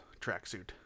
tracksuit